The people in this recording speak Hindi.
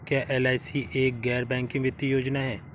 क्या एल.आई.सी एक गैर बैंकिंग वित्तीय योजना है?